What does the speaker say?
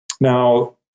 Now